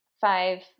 five